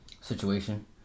situation